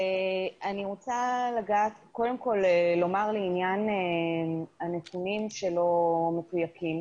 אני רוצה קודם כול לומר לעניין הנתונים שלא מתויקים,